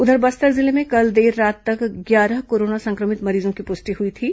उधर बस्तर जिले में कल देर रात तक ग्यारह कोरोना संक्रमित मरीजों की पुष्टि हुई थी